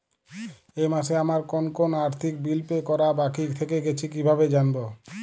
এই মাসে আমার কোন কোন আর্থিক বিল পে করা বাকী থেকে গেছে কীভাবে জানব?